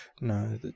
No